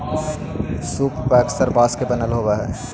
सूप पअक्सर बाँस के बनल होवऽ हई